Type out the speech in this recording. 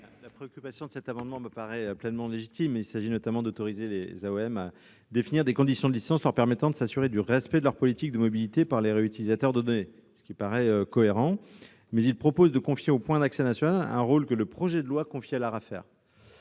La préoccupation des auteurs de cet amendement me paraît pleinement légitime : il s'agit notamment d'autoriser les AOM à définir des conditions de licence leur permettant de s'assurer du respect de leurs politiques de mobilité par les réutilisateurs de données. Cela paraît cohérent, toutefois ils proposent de confier au point d'accès national un rôle que le projet de loi confie à l'Arafer.